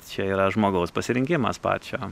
čia yra žmogaus pasirinkimas pačio